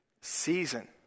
season